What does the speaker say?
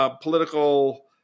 political